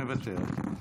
מוותרת.